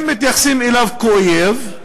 אם מתייחסים אליו כאויב,